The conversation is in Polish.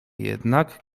jednak